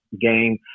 game